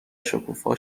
شکوفا